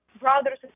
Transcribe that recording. brothers